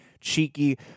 cheeky